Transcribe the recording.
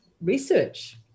research